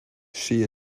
she